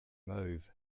move